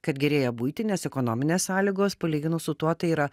kad gerėja buitinės ekonominės sąlygos palyginus su tuo tai yra